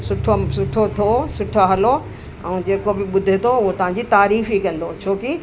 सुठम सुठो थो सुठा हलो ऐं जेको बि ॿुधे थो उहो तव्हांजी तारीफ़ ई कंदो छोकि